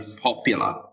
popular